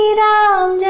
Ram